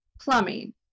plumbing